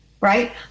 Right